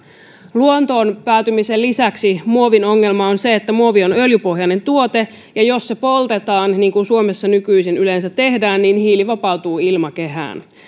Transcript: luontoon päätymisen lisäksi muovin ongelma on se että muovi on öljypohjainen tuote ja jos se poltetaan niin kuin suomessa nykyisin yleensä tehdään hiili vapautuu ilmakehään